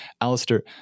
Alistair